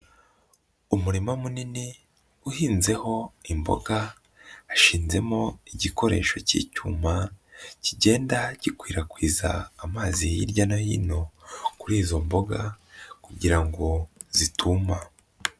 Umurima munini uhinzeho imboga, hashizemo igikoresho cy'icyuma kigenda gikwirakwiza amazi hirya no hino kuri izo mboga, kugira ngo zituma.